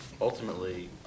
ultimately